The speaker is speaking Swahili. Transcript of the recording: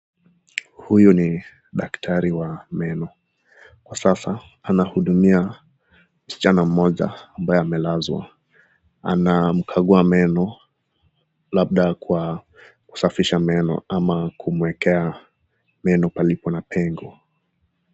Huyu ni daktari wa meno kwa sasa anahudumia msichana moja ambaye amelazwa. Anamkagua meno labda kwa kusafisha meno ama kumwekea meno pahali kuna pengo.